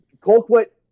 Colquitt